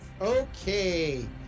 Okay